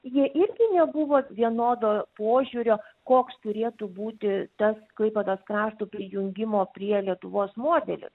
jie ir nebuvo vienodo požiūrio koks turėtų būti tas klaipėdos krašto prijungimo prie lietuvos modelis